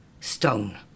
stone